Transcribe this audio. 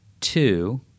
two